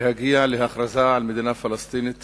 להגיע להכרזה על מדינה פלסטינית